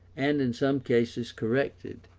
and in some cases corrected,